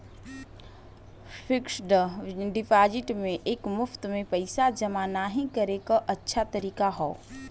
fixed deposit में एक मुश्त में पइसा जमा नाहीं करे क अच्छा तरीका हौ